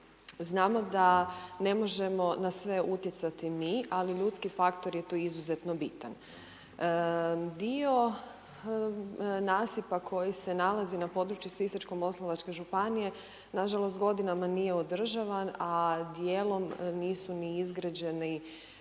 Znamo da ne možemo na sve utjecati mi, ali ljudski faktor je tu izuzetno bitan. Dio nasipa koji se nalazi na području Sisačko-moslavačke županije nažalost godinama nije održavan, a dijelom nisu ni izgrađeni